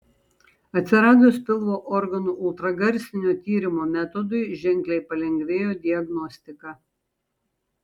atsiradus pilvo organų ultragarsinio tyrimo metodui ženkliai palengvėjo diagnostika